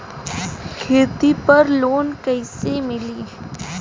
खेती पर लोन कईसे मिली?